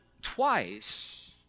twice